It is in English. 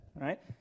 right